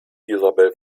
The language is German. isabel